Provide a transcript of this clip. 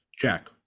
Jack